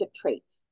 traits